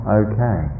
okay